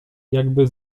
jakby